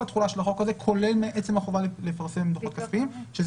התחולה של החוק הזה כולל מעצם החובה לפרסם דוחות כספיים.